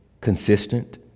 consistent